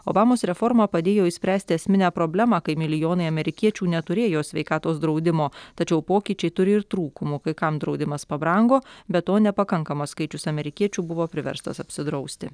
obamos reforma padėjo išspręsti esminę problemą kai milijonai amerikiečių neturėjo sveikatos draudimo tačiau pokyčiai turi ir trūkumų kai kam draudimas pabrango be to nepakankamas skaičius amerikiečių buvo priverstas apsidrausti